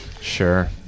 Sure